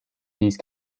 these